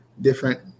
different